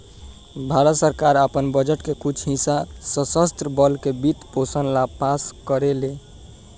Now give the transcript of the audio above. भारत सरकार आपन बजट के कुछ हिस्सा सशस्त्र बल के वित्त पोषण ला पास करेले